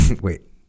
Wait